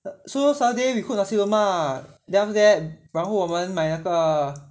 so saturday we cook nasi lemak lah then after that 然后我们买那个